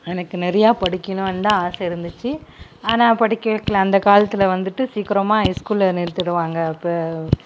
எனக்கு நிறைய படிக்கணுன்னு தான் ஆசை இருந்துச்சு ஆனால் படிக்க வைக்கில அந்த காலத்தில் வந்துவிட்டு சீக்கிரமாக ஐஸ்கூலில் நிறுத்திவிடுவாங்க இப்போ